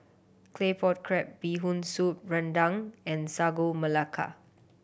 Claypot Crab Bee Hoon Soup rendang and Sagu Melaka